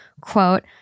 quote